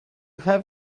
have